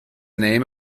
name